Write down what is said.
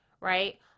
right